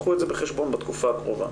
קחו את זה בחשבו בתקופה הקרובה.